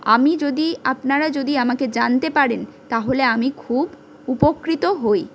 আমি যদি আপনারা যদি আমাকে জানতে পারেন তাহলে আমি খুব উপকৃত হই